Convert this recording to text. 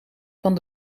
van